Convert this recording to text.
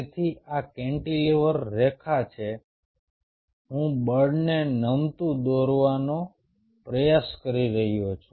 તેથી આ કેન્ટિલીવર રેખા છે હું બળને નમતું દોરવાનો પ્રયાસ કરી રહ્યો છું